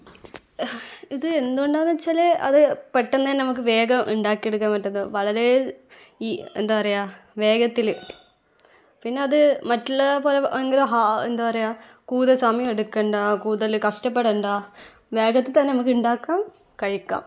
ഇത് എന്തുകൊണ്ടാണെന്ന് വെച്ചാൽ അത് പെട്ടെന്നു തന്നെ നമുക്ക് വേഗം ഉണ്ടാക്കി എടുക്കാൻ പറ്റുന്ന വളരേ ഈ എന്താ പറയുക വേഗത്തിൽ പിന്നെ അത് മറ്റുള്ളപോലെ ഭയങ്കര എന്താ പറയുക കൂടുതൽ സമയം എടുക്കേണ്ട കൂടുതൽ കഷ്ടപ്പെടേണ്ട വേഗത്തിൽ തന്നെ നമ്മൾക്കുണ്ടാക്കാം കഴിക്കാം